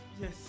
Yes